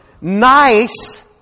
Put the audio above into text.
nice